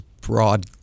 broad